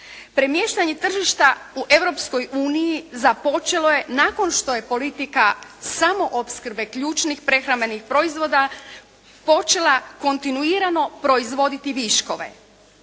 Premještanje tržišta u Europskoj uniji započelo je nakon što je politika samoopskrbe ključnih prehrambenih proizvoda počela kontinuirano proizvoditi viškove.